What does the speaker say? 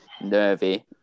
nervy